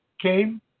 came